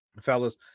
fellas